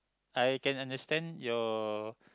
I can understand your